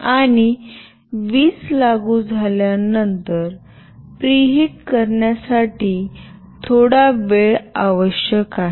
आणि वीज लागू झाल्यानंतर प्रीहीट करण्यासाठी थोडा वेळ आवश्यक आहे